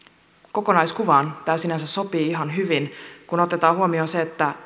kokonaiskuvaan tämä sinänsä sopii ihan hyvin kun otetaan huomioon se että